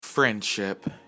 friendship